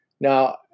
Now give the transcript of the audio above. now